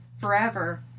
forever